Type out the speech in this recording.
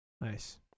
Nice